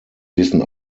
wissen